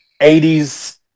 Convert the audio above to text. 80s